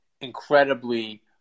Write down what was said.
incredibly